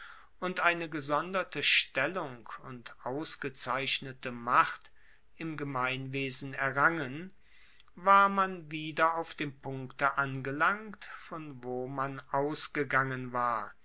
und eine gesonderte stellung und ausgezeichnete macht im gemeinwesen errangen war man wieder auf dem punkte angelangt von wo man ausgegangen war